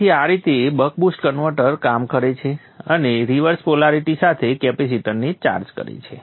તેથી આ રીતે બક બુસ્ટ કન્વર્ટર કામ કરે છે અને રિવર્સ પોલારિટી સાથે કેપેસિટરને ચાર્જ કરે છે